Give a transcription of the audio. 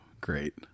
great